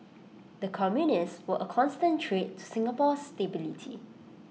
the communists were A constant threat to Singapore's stability